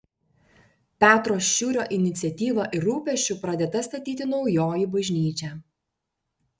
petro šiurio iniciatyva ir rūpesčiu pradėta statyti naujoji bažnyčia